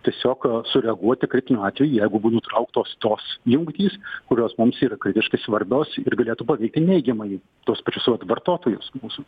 tiesiog sureaguoti kritiniu atveju jeigu bū nutrauktos tos jungtys kurios mums yra kritiškai svarbios ir galėtų paveikti neigiamai tuos pačius vat vartotojus mūsų